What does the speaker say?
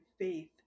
faith